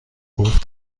گفت